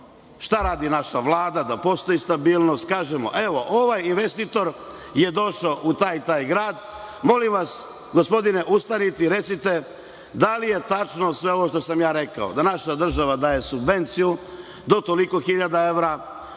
šta radi naša Vlada, da postoji stabilnost i kažemo – ovaj investitor je došao u taj i taj grad, molim vas, gospodine, ustanite i recite da li je tačno sve ovo što sam rekao, da naša država daje subvenciju do toliko hiljada evra,